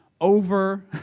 over